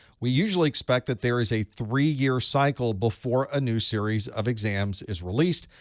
we usually expect that there is a three-year cycle before a new series of exams is released.